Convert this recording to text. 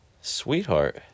Sweetheart